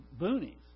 boonies